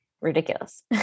ridiculous